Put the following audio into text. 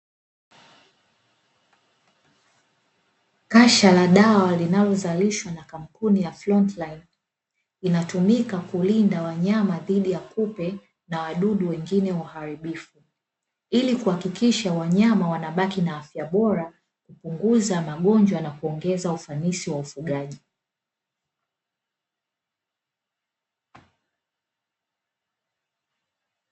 Kasha la dawa linalozalishwa na kampuni ya "front line", inatumika kulinda wanyama dhidi ya kupe na wadudu wengine waharibifu, ili kuhakikisha wanyama wanabaki na afya bora, kupunguza magonjwa na kuongeza ufanisi wa ufugaji.